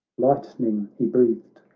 lightning he breathed,